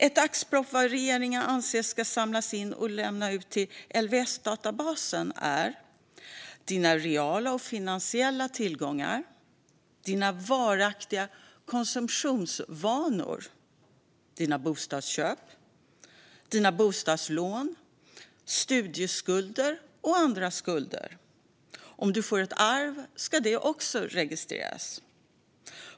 Ett axplock av data som regeringen anser ska samlas in och lämnas över till LWS-databasen gäller dina reala och finansiella tillgångar, dina varaktiga konsumtionsvanor, dina bostadsköp, dina bostadslån, dina studieskulder och andra skulder. Om du får ett arv ska det också registreras.